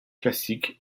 classiques